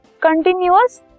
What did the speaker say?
continuous